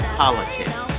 politics